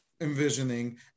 envisioning